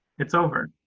it's over.